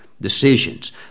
decisions